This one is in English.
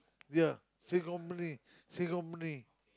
ya same company same company